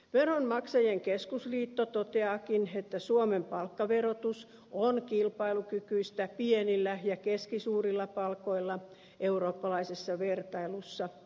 veronmaksajien keskusliitto toteaakin että suomen palkkaverotus on kilpailukykyistä pienillä ja keskisuurilla palkoilla eurooppalaisessa vertailussa